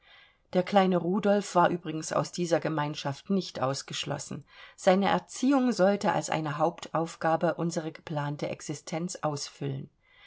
der kleine rudolf war übrigens aus dieser gemeinschaft nicht ausgeschlossen seine erziehung sollte als eine hauptaufgabe unsere geplante existenz ausfüllen